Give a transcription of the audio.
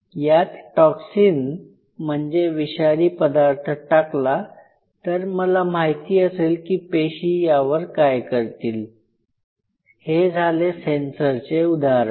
यात टॉक्सिन म्हणजे विषारी पदार्थ टाकला तर मला माहिती असेल की पेशी यावर काय करतील हे झाले सेंसरचे उदाहरण